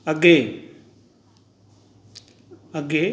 ਅੱਗੇ ਅੱਗੇ